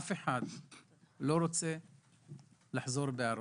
אף אחד לא רוצה לחזור בארון.